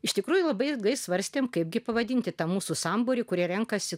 iš tikrųjų labai ilgai svarstėme kaipgi pavadinti tą mūsų sambūrį kurie renkasi